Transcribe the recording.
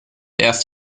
erst